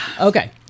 okay